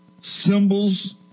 symbols